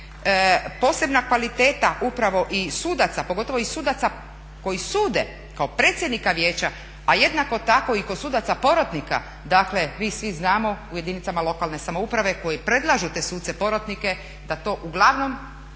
Posebna kvaliteta upravo i sudaca, pogotovo i sudaca koji sude kao predsjednika vijeća, a jednako tako i kod sudaca porotnika, dakle mi svi znamo u jedinicama lokalne samouprave koji predlažu te suce porotnike da to uglavnom